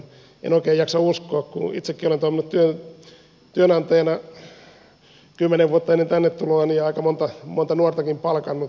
en oikein jaksa uskoa tähän kun itsekin olen toiminut työnantajana kymmenen vuotta ennen tänne tuloani ja aika monta nuortakin palkannut